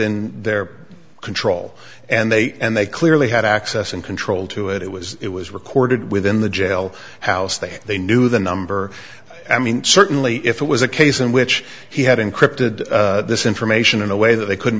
in their control and they and they clearly had access and control to it it was it was recorded within the jail house they had they knew the number i mean certainly if it was a case in which he had encrypted this information in a way that they couldn't